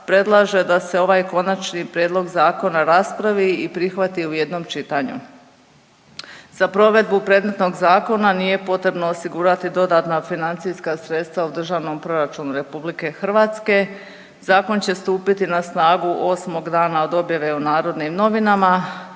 predlaže da se ovaj Konačni prijedlog zakona raspravi i prihvati u jednom čitanju. Za provedbu predmetnog zakona nije potrebno osigurati dodatna financijska sredstva u državnom proračunu RH. Zakon će stupiti na snagu 8. dana od objave u Narodnim novinama,